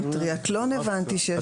גם בטריאתלון הבנתי שיש בעיה.